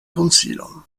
konsilon